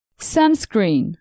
sunscreen